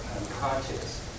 unconscious